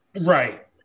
Right